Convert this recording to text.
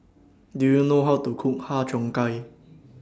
Do YOU know How to Cook Har Cheong Gai